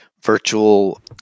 Virtual